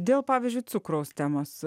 dėl pavyzdžiui cukraus temos